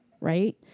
Right